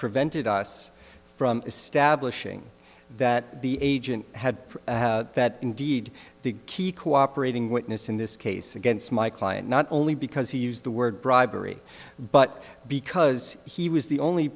prevented us from establishing that the agent had indeed the key cooperating witness in this case against my client not only because he used the word bribery but because he was the only